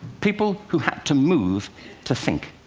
people who had to move to think.